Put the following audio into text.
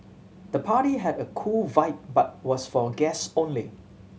the party had a cool vibe but was for guest only